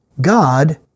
God